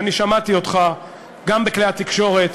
ואני שמעתי אותך גם בכלי התקשורת